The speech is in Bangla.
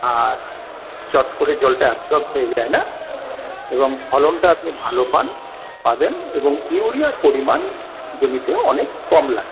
আর চট করে জলটা অ্যাবজর্বড হয়ে যায়না এবং ফলনটা আপনি ভালো পান পাবেন এবং ইউরিয়ার পরিমাণ জমিতেও অনেক কম লাগে